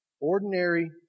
Ordinary